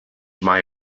mei